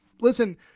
Listen